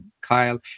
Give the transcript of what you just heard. Kyle